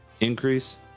increase